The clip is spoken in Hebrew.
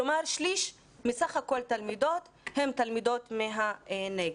כלומר שליש מסך כול התלמידות הן תלמידות מהנגב.